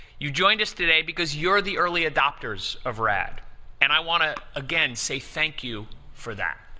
you joined us today because you're the early adopters of rad and i want to, again, say thank you for that,